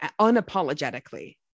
unapologetically